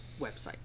website